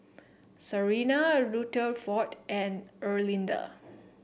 Sarina Rutherford and Erlinda